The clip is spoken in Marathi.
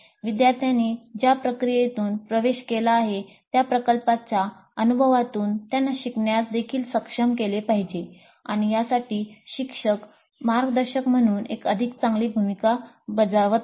विद्यार्थ्यांनी ज्या प्रक्रियेतून प्रवेश केला आहे त्या प्रकल्पाच्या अनुभवातून त्यांना शिकण्यास देखील सक्षम केले पाहिजे आणि यासाठी शिक्षक म्हणून मार्गदर्शक म्हणून एक अधिक चांगली भूमिका बजावावी लागते